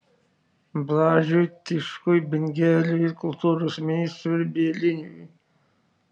blažiui tiškui bingeliui kultūros ministrui bieliniui